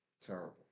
Terrible